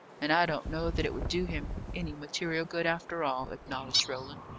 and i don't know that it would do him any material good, after all, acknowledged roland.